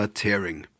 tearing